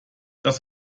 das